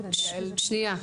שנייה,